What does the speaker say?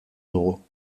dugu